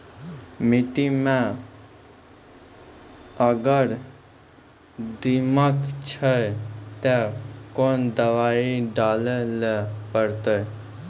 मिट्टी मे अगर दीमक छै ते कोंन दवाई डाले ले परतय?